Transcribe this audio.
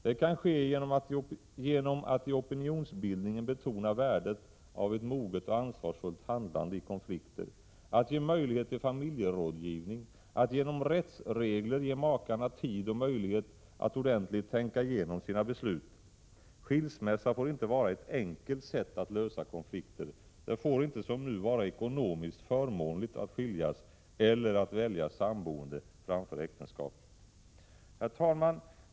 Det kan ske genom att man i opinionsbildningen betonar värdet av ett moget och ansvarsfullt handlande i konflikter, ger möjlighet till familjerådgivning och genom rättsregler ger makarna tid och möjlighet att ordentligt tänka igenom sina beslut. Skilsmässa får inte vara ett enkelt sätt att lösa konflikter. Det får inte, som nu, vara ekonomiskt förmånligt att skiljas eller att välja samboende framför äktenskap. Herr talman!